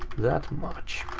that much.